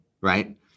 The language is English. right